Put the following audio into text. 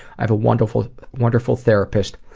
i have a wonderful wonderful therapist,